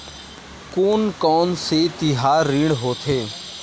कोन कौन से तिहार ऋण होथे?